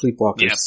Sleepwalkers